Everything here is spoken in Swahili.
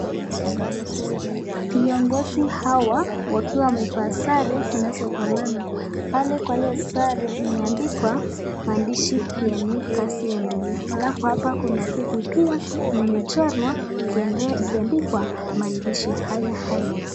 Viongozi hawa wakiwa wamevaa sare zinazofanana, pale kwa hiyo sare imeandikwa maandishi ya PNU kazi iendelee alafu hapa kuna keki pia imechorwa ikiandikwa maandishi haya haya.